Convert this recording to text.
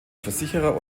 versicherer